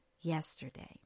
yesterday